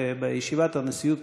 בישיבת הנשיאות,